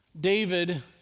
David